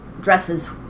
dresses